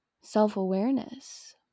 self-awareness